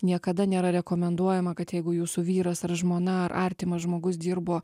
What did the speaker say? niekada nėra rekomenduojama kad jeigu jūsų vyras ar žmona ar artimas žmogus dirbo